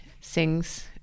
sings